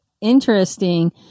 interesting